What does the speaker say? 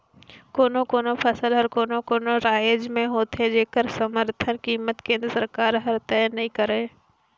कोनो कोनो फसल हर कोनो कोनो रायज में होथे जेखर समरथन कीमत केंद्र सरकार हर तय नइ करय